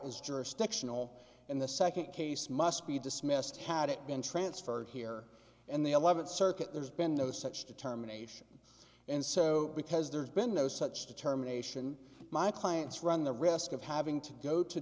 jurisdictional and the second case must be dismissed had it been transferred here in the eleventh circuit there's been no such determination and so because there's been no such determination my clients run the risk of having to go to